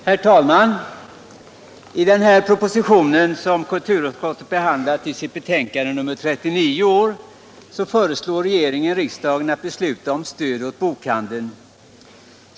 Herr talman! I den proposition som kulturutskottet behandlat i sitt betänkande nr 39 i år föreslår regeringen riksdagen att besluta om stöd åt bokhandeln.